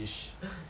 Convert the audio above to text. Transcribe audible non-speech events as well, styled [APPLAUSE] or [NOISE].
[LAUGHS]